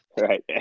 Right